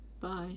Bye